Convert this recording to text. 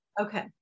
okay